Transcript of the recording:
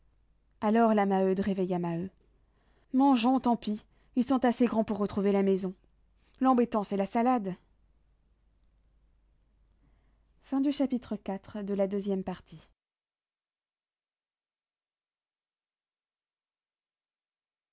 alors la maheude réveilla maheu mangeons tant pis ils sont assez grands pour retrouver la maison l'embêtant c'est la salade